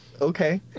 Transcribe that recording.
okay